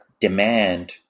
demand